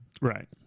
Right